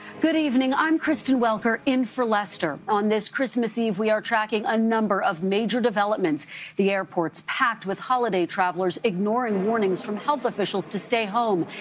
good evening i'm kristen welker in for lester on this christmas eve. we're tracking a number of major developments the airports packed with holiday travelers ignoring warnings from health officials to stay home.